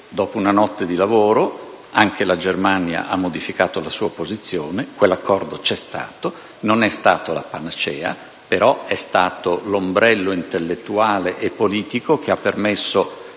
dopo una notte di lavoro, anche la Germania ha modificato la sua posizione e quell'accordo c'è stato: non è stato la panacea, ma è stato l'ombrello intellettuale e politico che qualche